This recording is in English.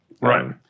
right